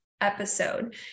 episode